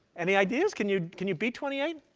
any ideas? can you can you beat twenty eight?